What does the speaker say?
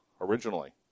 originally